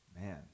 Man